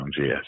yes